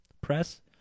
press